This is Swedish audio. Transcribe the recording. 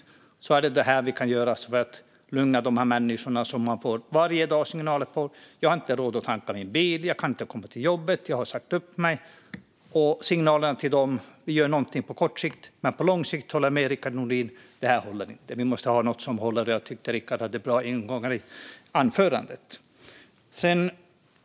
Och då är det det här vi kan göra för att lugna de människor som varje dag signalerar till oss att de inte har råd att tanka sin bil, att de inte kan komma till jobbet och att de har sagt upp sig. Signalerna till dem är: Vi gör någonting på kort sikt. Men jag håller med Rickard Nordin om att det här inte håller på lång sikt. Vi måste ha något som håller, och jag tycker att Rickard hade bra ingångar i anförandet.